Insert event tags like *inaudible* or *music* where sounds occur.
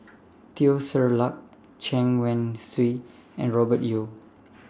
*noise* Teo Ser Luck Chen Wen Hsi and Robert Yeo